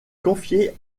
confiée